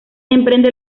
emprende